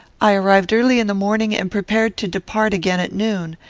i arrived early in the morning, and prepared to depart again at noon.